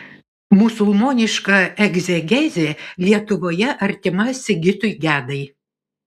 musulmoniška egzegezė lietuvoje artima sigitui gedai